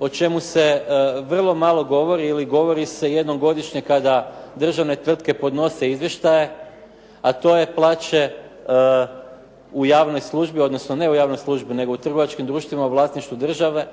o čemu se vrlo malo govori ili govori se jednom godišnjem kada državne tvrtke podnose izvještaje a to je plaće u javnoj službi odnosno ne u javnoj službi nego u trgovačkim društvima u vlasništvu države